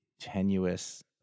tenuous